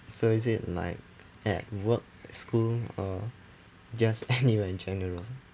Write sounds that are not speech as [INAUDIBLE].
so is it like at work at school or just [LAUGHS] anywhere in general